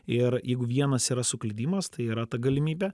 ir jeigu vienas yra suklydimas tai yra ta galimybė